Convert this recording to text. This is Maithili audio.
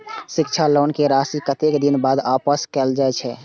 शिक्षा लोन के राशी कतेक दिन बाद वापस कायल जाय छै?